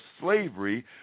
slavery